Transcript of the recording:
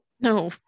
No